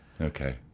Okay